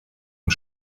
und